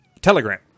telegram